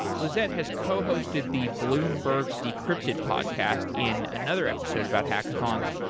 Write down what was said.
lizette has cohosted the bloomberg decrypted podcast in another episode about hackathons.